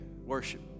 worship